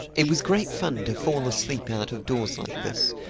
it was great fun to fall asleep out of doors like this,